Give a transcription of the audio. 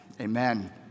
Amen